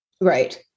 Right